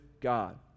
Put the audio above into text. God